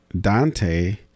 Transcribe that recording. Dante